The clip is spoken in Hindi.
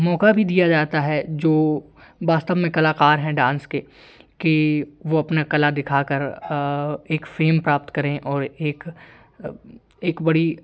मौका भी दिया जाता है जो वास्तव में कलाकार है डांस के कि वो अपना कला दिखा कर एक फेम प्राप्त करें और एक एक बड़ी